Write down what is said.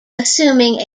assuming